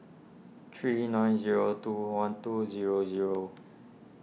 three nine zero two one two zero zero